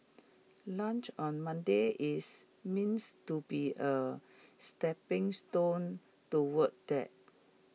lunch on Monday is meant to be A stepping stone toward that